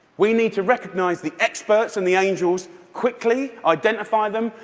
we need to recognize the experts and the angels quickly, identify them,